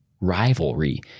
rivalry